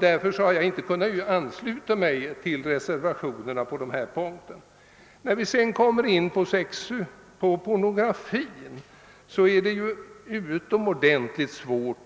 Detta är anledningen till att jag inte kunnat ansluta mig till reservationen på denna punkt. När det gäller pornografin är det utomordentligt svårt